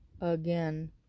again